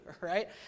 right